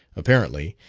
apparently,